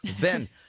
Ben